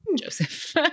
Joseph